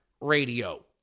radio